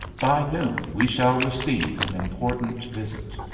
by noon we shall receive an important visit.